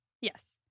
Yes